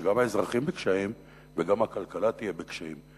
שגם האזרחים בקשיים וגם הכלכלה תהיה בקשיים,